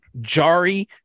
Jari